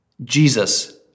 Jesus